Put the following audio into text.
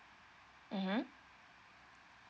(uh huh)